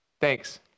Thanks